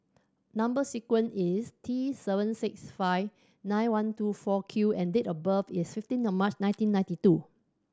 number sequence is T seven six five nine one two four Q and date of birth is fifteen of March nineteen ninety two